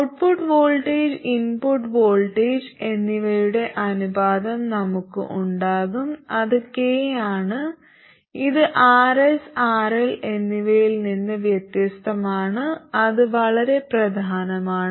output voltage input voltage എന്നിവയുടെ അനുപാതം നമുക്ക് ഉണ്ടാകും അത് k ആണ് ഇത് Rs RL എന്നിവയിൽ നിന്ന് വ്യത്യസ്തമാണ് അത് വളരെ പ്രധാനമാണ്